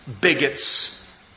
bigots